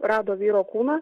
rado vyro kūną